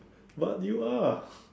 but you are